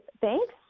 Thanks